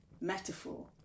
metaphor